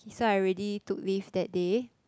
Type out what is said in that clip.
k so I already took leave that day